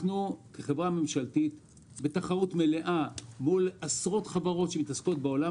אנחנו כחברה ממשלתית מול עשרות חברות שמתעסקות בעולם